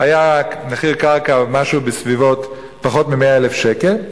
היה מחיר קרקע משהו בסביבות פחות מ-100,000 שקלים,